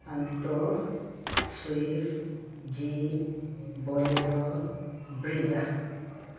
alto swift jeep bolero Brezza